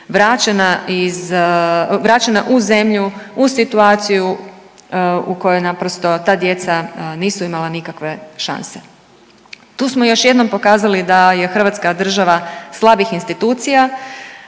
vraćena u zemlju u situaciju u koju naprosto ta djeca nisu imala nikakve šanse. Tu smo još jednom pokazali da je Hrvatska država slabih institucija,